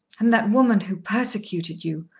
and that woman who persecuted you!